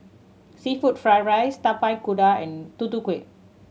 seafood fried rice Tapak Kuda and Tutu Kueh